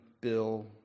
Bill